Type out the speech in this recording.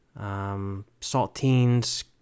saltines